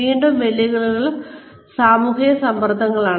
വീണ്ടും വെല്ലുവിളികൾ സാമൂഹിക സമ്മർദ്ദങ്ങളാണ്